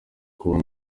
kuba